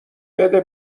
بده